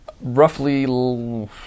Roughly